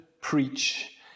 preach